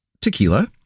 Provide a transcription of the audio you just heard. tequila